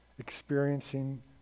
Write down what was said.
experiencing